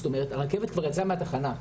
זאת אומרת, הרכבת כבר יצאה מהתחנה.